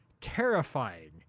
terrifying